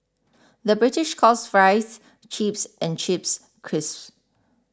the British calls Fries Chips and Chips Crisps